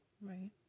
Right